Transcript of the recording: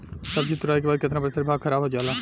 सब्जी तुराई के बाद केतना प्रतिशत भाग खराब हो जाला?